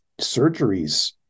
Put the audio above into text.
surgeries